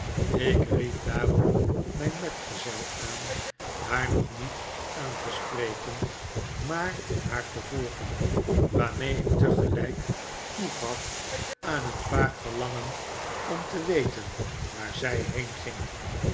ik ried daarom mijn metgezel aan haar nog niet aan te spreken maar haar te volgen waarmee ik tegelijk toegaf aan een vaag verlangen om te weten waar zij